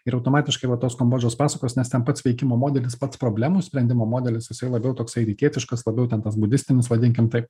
ir automatiškai va tos kombodžos pasakos nes ten pats veikimo modelis pats problemų sprendimo modelis jisai labiau toksai rytietiškas labiau ten tas budistinis vadinkim taip